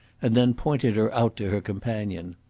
and then pointed her out to her companion.